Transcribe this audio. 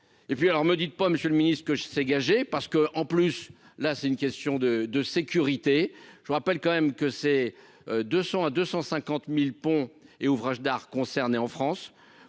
et puis alors me dites pas Monsieur le Ministre, que je sais, gagé parce que, en plus, là c'est une question de de sécurité, je vous rappelle quand même que c'est 200 à 200 50 1000 ponts et ouvrages d'art concernés en France,